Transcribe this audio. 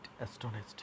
astonished